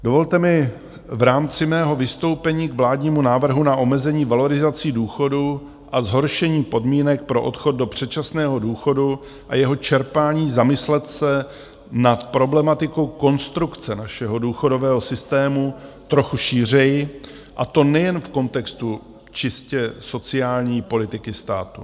Dovolte mi v rámci mého vystoupení k vládnímu návrhu na omezení valorizací důchodů a zhoršení podmínek pro odchod do předčasného důchodu a jeho čerpání zamyslet se nad problematikou konstrukce našeho důchodového systému trochu šířeji, a to nejen v kontextu čistě sociální politiky státu.